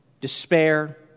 despair